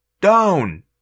Down